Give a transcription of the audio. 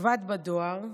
עבד בדואר,